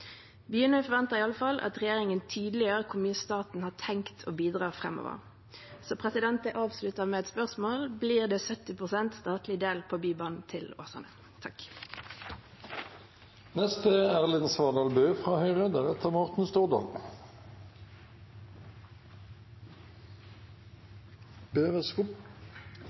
iallfall at regjeringen tydeliggjør hvor mye staten har tenkt å bidra med framover, så jeg avslutter med et spørsmål: Blir det 70 pst. statlig andel i finansieringen av Bybanen til Åsane? Takk